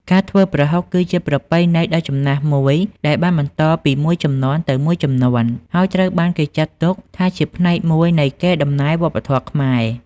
ការធ្វើប្រហុកគឺជាប្រពៃណីដ៏ចំណាស់មួយដែលបានបន្តពីមួយជំនាន់ទៅមួយជំនាន់ ហើយត្រូវបានគេចាត់ទុកថាជាផ្នែកមួយនៃកេរដំណែលវប្បធម៌ខ្មែរ។